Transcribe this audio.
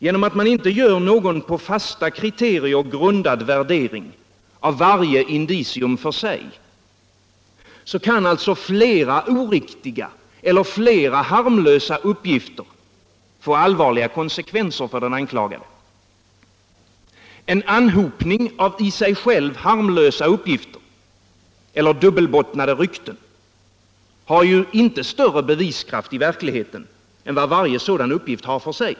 Genom att man inte gör någon på fasta kriterier grundad värdering av varje indicium för sig kan alltså flera oriktiga eller flera harmlösa uppgifter få allvarliga konsekvenser för den anklagade. En anhopning av i sig själv harmlösa uppgifter eller dubbelbottnade rykten har inte större beviskraft i verkligheten än vad varje sådan uppgift har för sig.